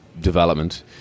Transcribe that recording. Development